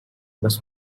must